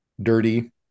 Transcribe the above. dirty